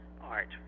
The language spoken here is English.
art